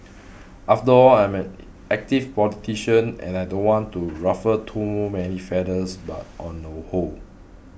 after all I'm an active politician and I don't want to ruffle too many feathers but on the whole